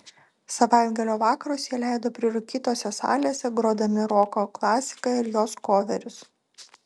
savaitgalio vakarus jie leido prirūkytose salėse grodami roko klasiką ir jos koverius